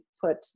put